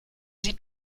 sie